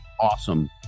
awesome